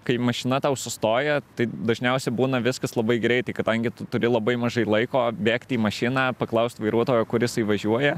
kai mašina tau sustoja tai dažniausiai būna viskas labai greitai kadangi tu turi labai mažai laiko bėgti į mašiną paklaust vairuotojo kur jisai važiuoja